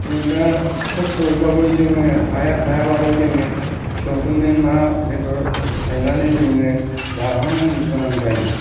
जों दा खस्थ'यैब्लाबो जोङो हाया हायाब्लाबो जोङो फिसौफोरनो ना बेदर लायनानै जोङो जाहोनांगौ गोनां जायो